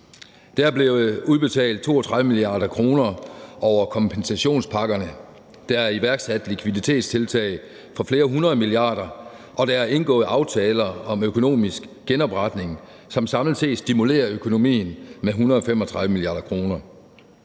Der er blevet udbetalt 32 mia. kr. over kompensationspakkerne, der er iværksat likviditetstiltag for flere hundrede milliarder kroner, og der er indgået aftaler om økonomisk genopretning, som samlet set stimulerer økonomien med 135 mia. kr.